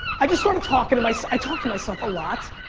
i just started talking to myself, i talk to myself a lot,